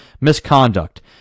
misconduct